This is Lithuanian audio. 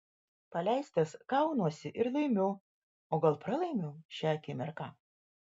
paleistas kaunuosi ir laimiu o gal pralaimiu šią akimirką